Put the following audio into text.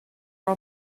are